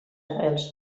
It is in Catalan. arrels